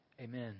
Amen